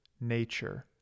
nature